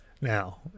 Now